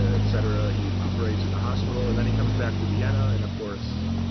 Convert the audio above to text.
ah et cetera. he recuperates in the hospital. and then he comes back to vienna, and of course,